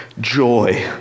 joy